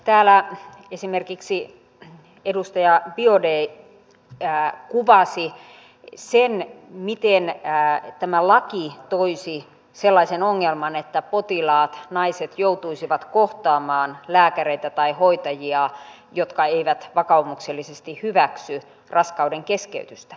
täällä esimerkiksi edustaja biaudet kuvasi miten tämä laki toisi sellaisen ongelman että potilaat naiset joutuisivat kohtaamaan lääkäreitä tai hoitajia jotka eivät vakaumuksellisesti hyväksy raskaudenkeskeytystä